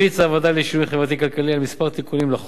הוועדה לשינוי חברתי-כלכלי על כמה תיקונים לחוק.